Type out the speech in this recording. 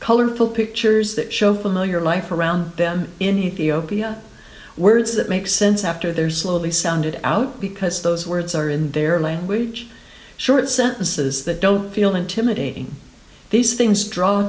colorful pictures that show familiar life around them in ethiopia words that make sense after their slowly sounded out because those words are in their language short sentences that don't feel intimidating these things draw